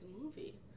movie